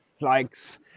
likes